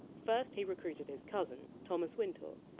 first, he recruited his cousin, thomas wintour,